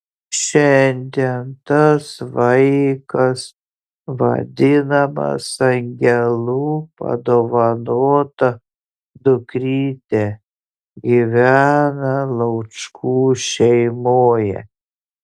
šiandien tas vaikas vadinamas angelų padovanota dukryte gyvena laučkų šeimoje